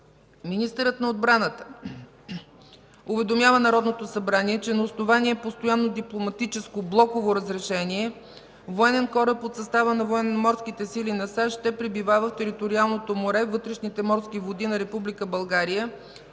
Министърът на отбраната уведомява Народното събрание, че на основание постоянно дипломатическо блоково разрешение военен кораб от състава на Военноморските сили на САЩ ще пребивава в териториалното море, вътрешните морски води на Република